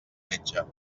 metge